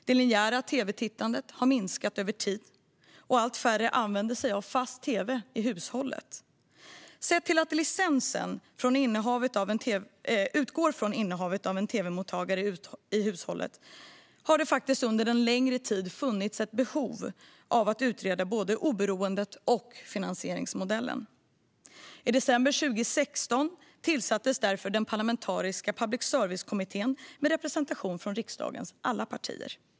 Det linjära tv-tittandet har minskat över tid, och allt färre använder sig av en fast tv i hushållet. Sett till att licensen utgår från innehavet av en tv-mottagare i hushållet, har det under en längre tid funnits ett behov av att utreda både oberoendet och finansieringsmodellen. I december 2016 tillsattes därför den parlamentariska public service-kommittén med representation från riksdagens alla partier.